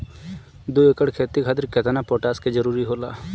दु एकड़ खेती खातिर केतना पोटाश के जरूरी होला?